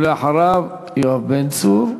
אחריו, יואב בן צור.